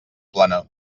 plana